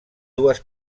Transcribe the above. dues